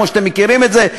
כמו שאתם מכירים את זה,